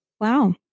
Wow